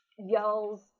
yells